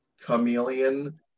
Chameleon